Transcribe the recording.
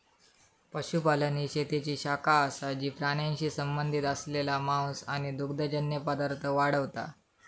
पशुपालन ही शेतीची शाखा असा जी प्राण्यांशी संबंधित असलेला मांस आणि दुग्धजन्य पदार्थ वाढवता